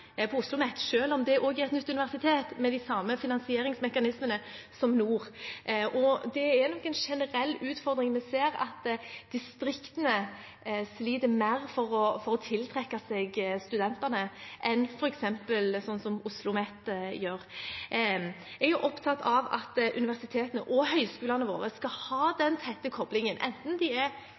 på OsloMet, selv om det også er et nytt universitet med de samme finansieringsmekanismene som Nord universitet. Det er nok en generell utfordring at distriktene sliter mer med å tiltrekke seg studenter enn f.eks. OsloMet gjør. Jeg er opptatt av at universitetene og høyskolene våre – enten de er i Oslo, på Nesna eller i Tromsø – skal ha en tett kobling til det næringslivet, det arbeidslivet som de er